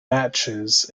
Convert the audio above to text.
matches